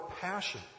passion